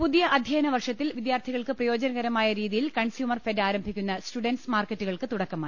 പുതിയ അധ്യയന വർഷത്തിൽ വിദ്യാർത്ഥികൾക്ക് പ്രയോ ജനകരമായ രീതിയിൽ കൺസ്യൂമർഫെഡ് ആരംഭിക്കുന്ന സ്റ്റുഡന്റ്സ് മാർക്കറ്റുകൾക്ക് തുടക്കമായി